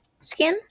skin